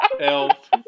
elf